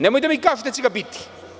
Nemojte da mi kažete da će ga biti.